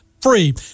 free